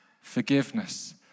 forgiveness